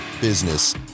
business